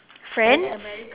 friends